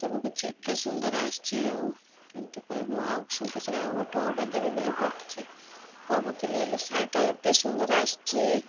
ସବୁ କିଛି ଏତେ ସୁନ୍ଦର ଆସିଛି ଆଉ କେମିତି କହିବ ମୁଁ ଆଉ ସେମିତିରେ ଆଉ ଗୋଟେ ଅର୍ଡ଼ର୍ ଦେବି ବୋଲି ଭାବୁଛି ଭାବୁଥିଲି ହେଲେ ଶାଢ଼ୀଟା ଏତେ ସୁନ୍ଦର ଆସିଛି